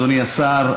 אדוני השר,